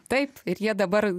taip ir jie dabar